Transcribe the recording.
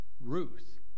Ruth